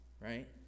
right